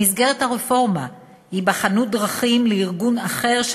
במסגרת הרפורמה ייבחנו דרכים לארגון אחר של